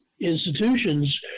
institutions